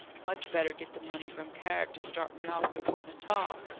much better get the money from carrick to start me off to port natal,